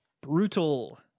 Brutal